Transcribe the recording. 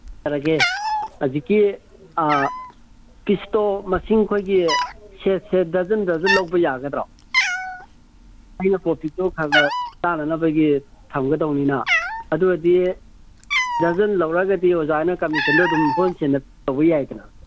ꯍꯧꯖꯤꯛꯀꯤ ꯄꯤꯁꯇꯣ ꯃꯁꯤꯡ ꯑꯩꯈꯣꯏꯒꯤ ꯁꯦꯠ ꯁꯦꯠ ꯗ꯭ꯔꯖꯟ ꯗ꯭ꯔꯖꯟ ꯂꯧꯕ ꯌꯥꯒꯗ꯭ꯔꯣ ꯑꯩꯅ ꯄ꯭ꯔꯣꯐꯤꯠꯇꯣ ꯈꯔ ꯈꯔ ꯆꯥꯅꯅꯕꯒꯤ ꯊꯝꯒꯗꯧꯅꯤꯅ ꯑꯗꯨ ꯑꯣꯏꯔꯗꯤ ꯗ꯭ꯔꯖꯟ ꯂꯧꯔꯛꯑꯒꯗꯤ ꯑꯣꯖꯥ ꯍꯣꯏꯅ ꯀꯃꯤꯁꯟꯗꯣ ꯑꯗꯨꯝ ꯍꯣꯜꯁꯦꯜꯗ ꯇꯧꯕ ꯌꯥꯏꯗꯅ